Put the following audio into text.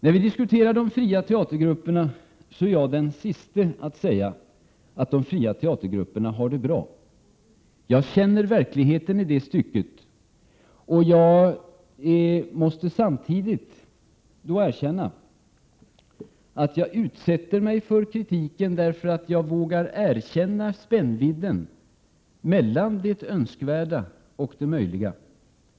När vi diskuterar de fria teatergrupperna är jag den siste att säga att de har det bra. Jag känner till deras verklighet. Samtidigt måste jag erkänna att jag utsätter mig för kritiken, därför att jag vågar erkänna spännvidden mellan det önskvärda och det möjliga.